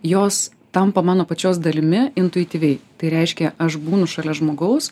jos tampa mano pačios dalimi intuityviai tai reiškia aš būnu šalia žmogaus